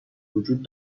وجود